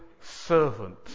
servant